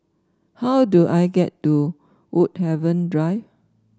how do I get to Woodhaven Drive